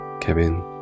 Kevin